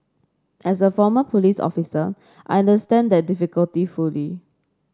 as a former police officer I understand that difficulty fully